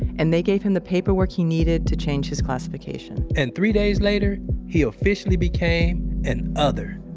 and they gave him the paperwork he needed to change his classification and three days later he officially became an other.